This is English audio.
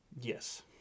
Yes